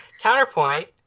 counterpoint